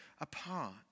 apart